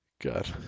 God